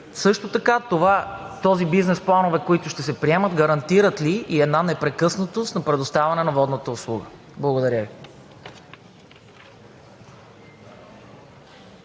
Също така тези бизнес планове, които ще се приемат, гарантират ли и една непрекъснатост на предоставянето на водната услуга? Благодаря Ви.